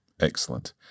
Excellent